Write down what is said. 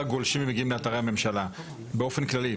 גולשים ומגיעים לאתרי הממשלה באופן כללי.